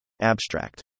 Abstract